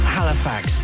Halifax